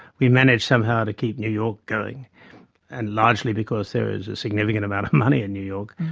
we managed somehow to keep new york going and largely because there is a significant amount of money in new york.